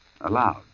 aloud